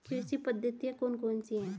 कृषि पद्धतियाँ कौन कौन सी हैं?